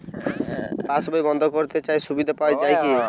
পাশ বই বন্দ করতে চাই সুবিধা পাওয়া যায় কি?